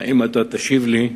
האם אתה תשיב לי?